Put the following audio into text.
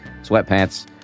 sweatpants